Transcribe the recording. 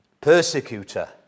persecutor